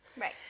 Right